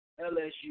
LSU